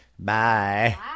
Bye